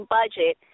budget